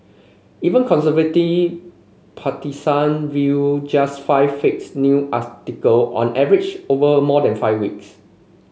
even conservative partisan viewed just five fakes new on average over more than five weeks